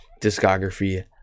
discography